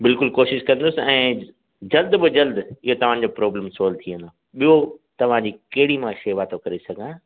बिल्कुलु कोशिश कंदुसि ऐं जल्द बि जल्द इहो तव्हां जो प्रोब्लम सोल्व थी वंदो ॿियो तव्हां जी कहिड़ी मां शेवा थो करे सघां